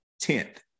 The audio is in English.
tenth